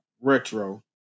retro